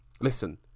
Listen